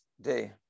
day